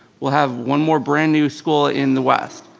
we'll have one more brand new school in the west.